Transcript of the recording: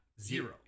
Zero